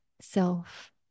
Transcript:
self